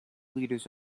liters